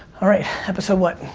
alright episode what?